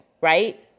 right